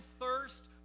thirst